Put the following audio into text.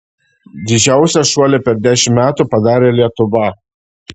didžiausią šuolį per dešimt metų padarė lietuva